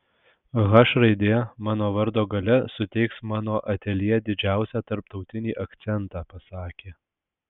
h raidė mano vardo gale suteiks mano ateljė didžiausią tarptautinį akcentą pasakė